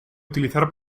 utilizar